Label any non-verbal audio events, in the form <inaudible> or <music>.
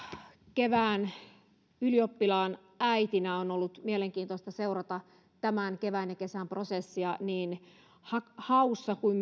kevään ylioppilaan äitinä on ollut mielenkiintoista seurata tämän kevään ja kesän prosessia niin haussa kuin <unintelligible>